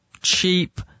cheap